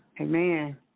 Amen